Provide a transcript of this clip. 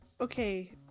Okay